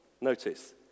notice